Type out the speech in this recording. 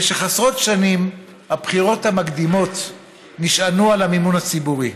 במשך עשרות שנים הבחירות המקדימות נשענו על המימון הציבורי.